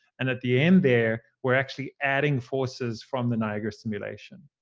and at the end there, we're actually adding forces from the niagara simulation.